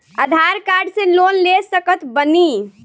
आधार card से loan ले सकत बणी?